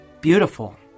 beautiful